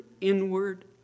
inward